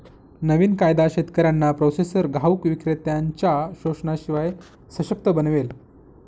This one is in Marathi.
नवीन कायदा शेतकऱ्यांना प्रोसेसर घाऊक विक्रेत्त्यांनच्या शोषणाशिवाय सशक्त बनवेल